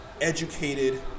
educated